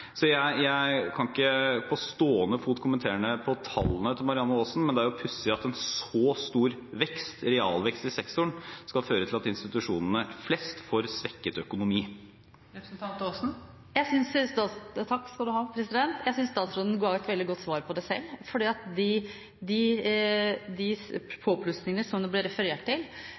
Jeg kan ikke på stående fot kommentere tallene til Marianne Aasen, men det er pussig at en så stor realvekst i sektoren skal føre til at institusjonene flest får svekket økonomi. Jeg synes statsråden ga et veldig godt svar på det selv, for de påplussingene som det ble referert til,